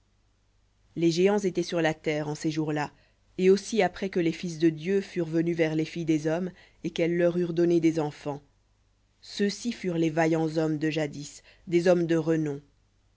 les géants étaient sur la terre en ces jours-là et aussi après que les fils de dieu furent venus vers les filles des hommes et qu'elles leur eurent donné des enfants ceux-ci furent les vaillants hommes de jadis des hommes de renom